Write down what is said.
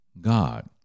God